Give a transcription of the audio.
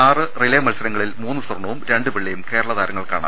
ആറ് റിലെ മത്സരങ്ങ ളിൽ മൂന്ന് സ്വർണവും രണ്ട് വെള്ളിയും കേരള താരങ്ങൾക്കാണ്